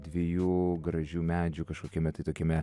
dviejų gražių medžių kažkokiame tai tokiame